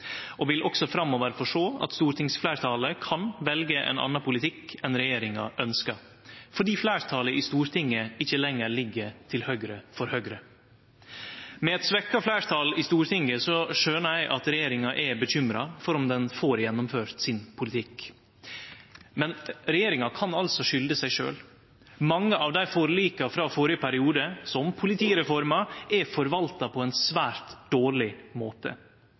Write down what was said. og vil også framover få sjå at stortingsfleirtalet kan velje ein annan politikk enn regjeringa ønskjer, fordi fleirtalet i Stortinget ikkje lenger ligg til høgre for Høgre. Med eit svekt fleirtal i Stortinget skjønar eg at regjeringa er bekymra for om ho får gjennomført sin politikk. Men regjeringa kan altså skulde seg sjølv. Mange av forlika frå førre periode, som politireforma, er forvalta på ein svært dårleg måte.